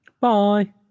Bye